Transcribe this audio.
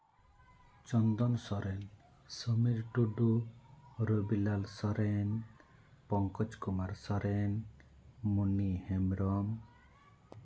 Chandan Soren Samir Tudu Robilal Soren Pankaj Kumar Soren Muni Hembrom